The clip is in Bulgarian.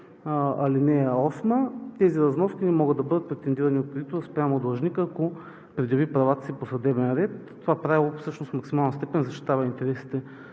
ал. 8 – тези разноски не могат да бъдат претендирани от кредитора спрямо длъжника, ако предяви правата си по съдебен ред. Това правило всъщност в максимална степен защитава интересите